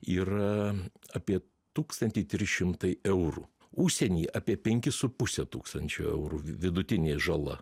yra apie tūkstantį tris šimtai eurų užsienyje apie penkis su puse tūkstančio eurų vidutinė žala